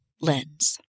lens